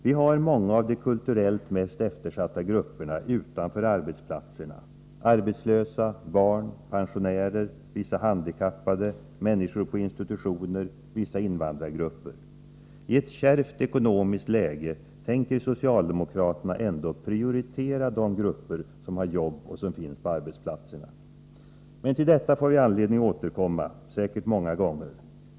Vi har många av de kulturellt mest eftersatta grupperna utanför arbetsplatserna: arbetslösa, barn, pensionärer, vissa handikappade, människor på institutioner, vissa invandrargrupper. I ett kärvt ekonomiskt läge tänker socialdemokraterna ändå prioritera de grupper som har jobb och som finns på arbetsplatserna. Men till detta får vi anledning återkomma, säkert många gånger.